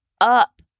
up